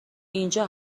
اینجا